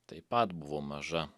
taip pat buvo maža